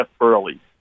early